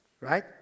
right